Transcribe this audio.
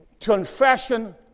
Confession